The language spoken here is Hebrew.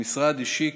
המשרד השיק,